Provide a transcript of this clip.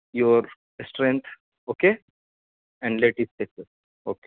your strength okay and let it okay